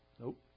Nope